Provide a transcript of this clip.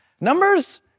Numbers